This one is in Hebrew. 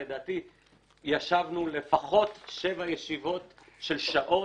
לדעתי ישבנו לפחות שבע ישיבות של שעות.